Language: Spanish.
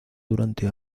durante